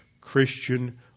Christian